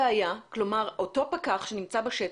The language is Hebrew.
כלומר, אותו פקח שנמצא בשטח,